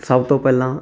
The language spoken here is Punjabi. ਸਭ ਤੋਂ ਪਹਿਲਾਂ